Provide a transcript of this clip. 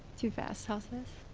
too fast. how's this?